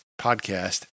podcast